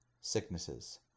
sicknesses